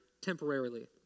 temporarily